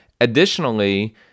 additionally